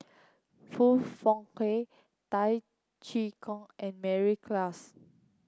Foong Fook Kay Tay Chee Koh and Mary Klass